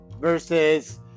versus